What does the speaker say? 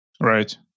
Right